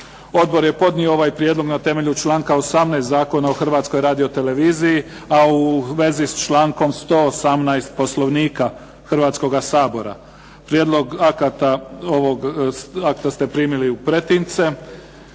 Odbor je podnio ovaj prijedlog na temelju članka 18. Zakona o Hrvatskoj radioteleviziji, a u vezi s člankom 118. Poslovnika Hrvatskoga sabora. Prijedlog ovog akta ste primili u pretince.